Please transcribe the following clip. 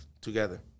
together